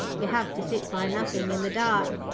you have to sit by nothing in the dark,